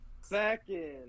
Second